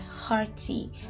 hearty